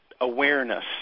awareness